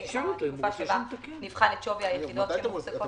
התקופה שבה נבחן את שווי היחידות שמוחזרות.